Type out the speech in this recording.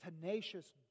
tenacious